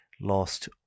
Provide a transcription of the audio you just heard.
lost